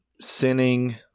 sinning